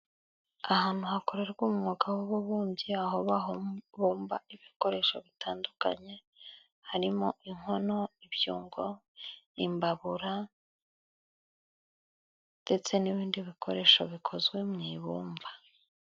Ahantu hakorerwa umwuga w'ububumbyi aho babumba ibikoresho bitandukanye harimo: inkono, ibyongo, imbabura, ndetse n'ibindi bikoresho bikozwe mu ibumba.